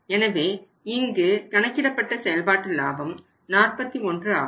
எனவே இங்கு கணக்கிடப்பட்ட செயல்பாட்டு லாபம் 41 ஆகும்